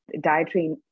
dietary